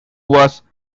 was